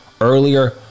earlier